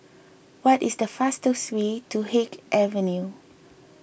what is the fastest way to Haig Avenue